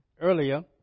earlier